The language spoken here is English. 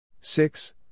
Six